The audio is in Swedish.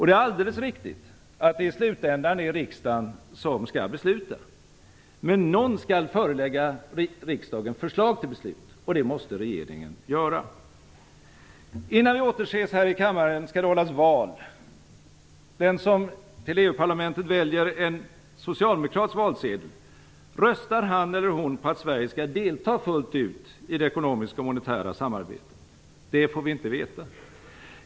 Det är alldeles riktigt att det i slutändan är riksdagen som skall besluta. Men någon skall förelägga riksdagen förslag till beslut, och det måste regeringen göra. Innan vi återses här i kammaren skall det hållas val. Den som till EU-parlamentet väljer en socialdemokratisk valsedel, röstar han eller hon på att Sverige skall delta fullt ut i det ekonomiska och monetära samarbetet? Det får vi inte veta.